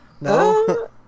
No